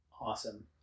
awesome